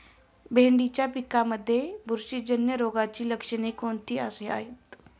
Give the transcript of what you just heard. भेंडीच्या पिकांमध्ये बुरशीजन्य रोगाची लक्षणे कोणती आहेत?